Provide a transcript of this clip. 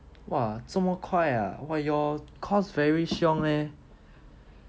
!wah! 这么快 ah !wah! your course very xiong leh